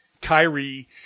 Kyrie